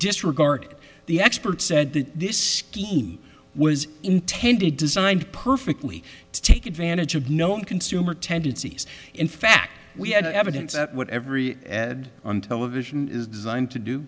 disregard the experts said that the scheme was intended designed perfectly to take advantage of known consumer tendencies in fact we had evidence that what every ad on television is designed to do